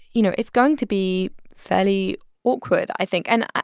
you know, it's going to be fairly awkward, i think. and,